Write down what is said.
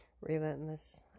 Relentless